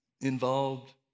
involved